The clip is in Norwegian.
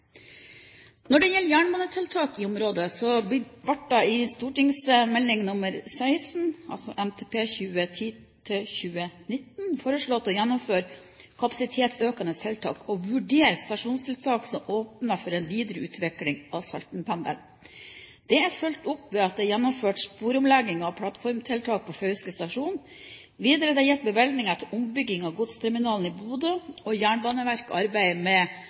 Når det gjelder jernbanetiltak i området, blir det i St.meld. nr. 16 for 2008–2009, altså NTP 2010–2019, foreslått å gjennomføre kapasitetsøkende tiltak og vurdere stasjonstiltak som åpner for en videre utvikling av Saltenpendelen. Dette er fulgt opp ved at det er gjennomført sporomlegginger og plattformtiltak på Fauske stasjon, videre er det gitt bevilgninger til ombygging av godsterminalen i Bodø, og Jernbaneverket arbeider med